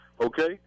Okay